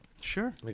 sure